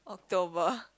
Dover